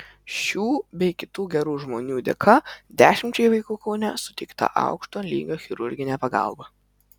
šių bei kitų gerų žmonių dėka dešimčiai vaikų kaune suteikta aukšto lygio chirurginė pagalba